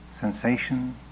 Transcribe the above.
sensation